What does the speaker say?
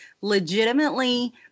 legitimately